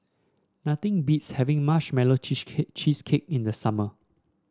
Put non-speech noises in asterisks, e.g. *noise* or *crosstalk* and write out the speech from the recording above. nothing beats having Marshmallow *unintelligible* Cheesecake in the summer